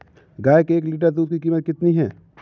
गाय के एक लीटर दूध की कीमत कितनी है?